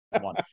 one